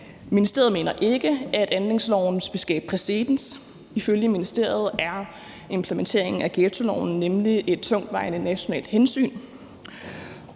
ministeriet mener ikke, at anlægsloven vil skabe præcedens. Ifølge ministeriet er implementeringen af ghettoloven nemlig et tungtvejende nationalt hensyn.